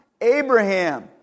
Abraham